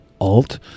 Alt